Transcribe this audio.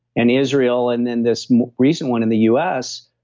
and israel, and then this recent one in the u s,